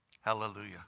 Hallelujah